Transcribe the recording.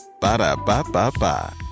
Ba-da-ba-ba-ba